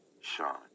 Sean